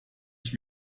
ich